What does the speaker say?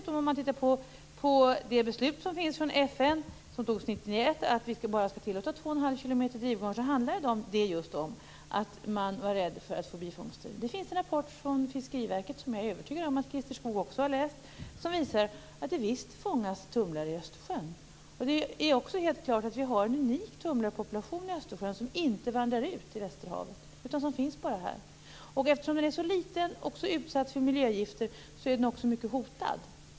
Om man tittar på det beslut som FN fattade 1991 att man bara skall tillåta två och en halv kilometer drivgarn handlar det just om att man var rädd för att få bifångster. Det finns en rapport från Fiskeriverket som jag är övertygad om att Christer Skoog också har läst. Den visar att det visst fångas tumlare i Östersjön. Det är också helt klart att vi har en unik tumlarpopulation i Östersjön som inte vandrar ut i västerhavet och som bara finns här. Eftersom den är så liten och så utsatt för miljögifter är den också mycket hotad.